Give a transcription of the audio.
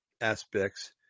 aspects